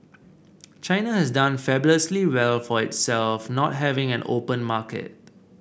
China has done fabulously well for itself not having an open market